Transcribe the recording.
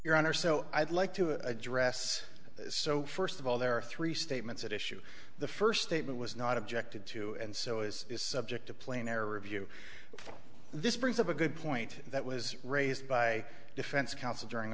your honor so i'd like to address this so first of all there are three statements at issue the first statement was not objected to and so as is subject to plane air review this brings up a good point that was raised by defense counsel during